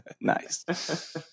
Nice